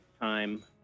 Time